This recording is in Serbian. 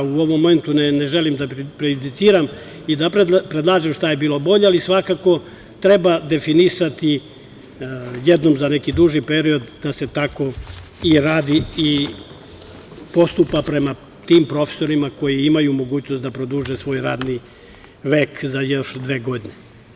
U ovom momentu ne želim da prejudiciram i da predlažem šta je bilo bolje, ali svakako treba definisati jednom za neki duži period da se tako i radi i postupa prema tim profesorima koji imaju mogućnost da produže svoj radni vek za još dve godine.